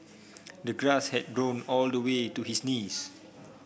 the grass had grown all the way to his knees